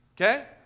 Okay